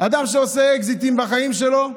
אדם שעושה אקזיטים בחיים שלו.